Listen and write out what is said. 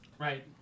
Right